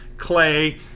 clay